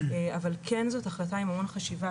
אבל כן, זו החלטה עם המון חשיבה.